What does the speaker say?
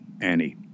Annie